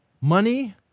Money